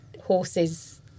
horses